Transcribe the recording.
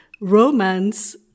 romance